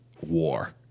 war